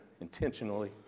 intentionally